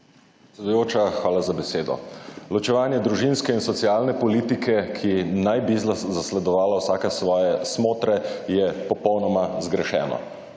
hvala za besedo. Ločevanje družinske in socialne politike, ki naj bi zasledovala vsaka svoje smotre je popolnoma zgrešena.